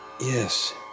Yes